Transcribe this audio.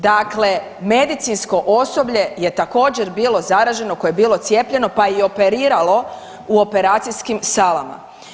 Dakle, medicinsko osoblje je također, bilo zaraženo koje je bilo cijepljeno, pa i operiralo u operacijskim salama.